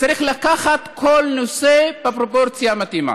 צריך לקחת כל נושא בפרופורציה המתאימה.